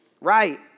right